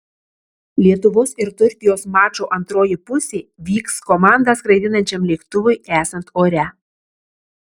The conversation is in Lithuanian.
lietuvos ir turkijos mačo antroji pusė vyks komandą skraidinančiam lėktuvui esant ore